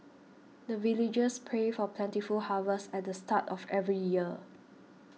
the villagers pray for plentiful harvest at the start of every year